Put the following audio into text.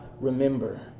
remember